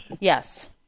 Yes